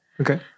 Okay